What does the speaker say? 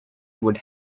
would